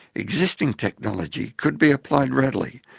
existing technology could be applied readily,